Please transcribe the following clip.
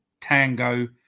Tango